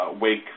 Wake